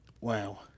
Wow